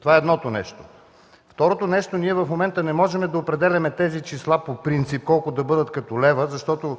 Това е едното нещо. Второ, ние в момента не можем да определяме тези числа по принцип колко да бъдат като лева, защото